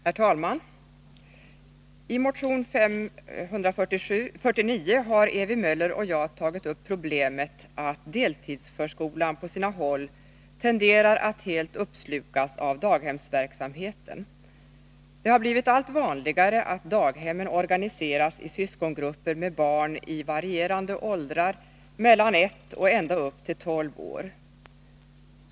Herr talman! I motion 549 har Ewy Möller och jag tagit upp problemet att deltidsförskolan på sina håll tenderar att helt uppslukas av daghemsverksamheten. Det har blivit allt vanligare att daghemmen organiseras i syskongrupper med barn i varierande åldrar från 1 och ända upp till 12 år.